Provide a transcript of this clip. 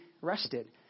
rested